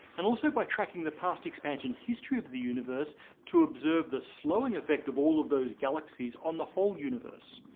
and also by tracking the past expansion history of the universe to observe the slowing effect of all of those galaxies on the whole universe.